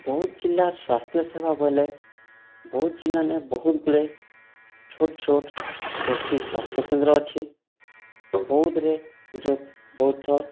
ବୌଦ୍ଧ ଜିଲ୍ଲାର୍ ସ୍ୱାସ୍ଥ୍ୟସେବା ବୋଇଲେ ବୌଦ୍ଧ ଜିଲ୍ଲାନେ ବହୁତ୍ ଗୁଡ଼େ ଛୋଟ୍ ଛୋଟ୍ ଗୋଷ୍ଠୀ ସ୍ୱାସ୍ଥ୍ୟକେନ୍ଦ୍ର ଅଛି ବୌଦ୍ଧରେ ଗୋଟେ ବୌଦ୍ଧ